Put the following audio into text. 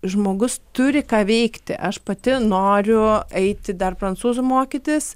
žmogus turi ką veikti aš pati noriu eiti dar prancūzų mokytis